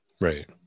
Right